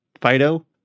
Fido